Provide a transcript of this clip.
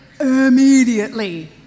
immediately